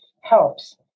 helps